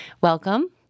Welcome